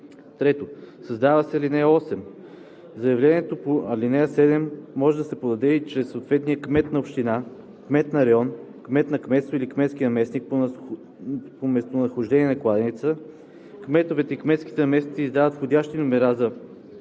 3. Създава се ал. 8: „(8) Заявлението по ал. 7 може да се подаде и чрез съответния кмет на община, кмет на район, кмет на кметство или кметския наместник по местонахождение на кладенеца. Кметовете и кметските наместници издават входящ номер за